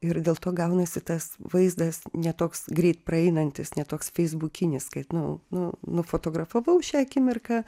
ir dėl to gaunasi tas vaizdas ne toks greit praeinantis ne toks feisbukinis kad nu nu nufotografavau šią akimirką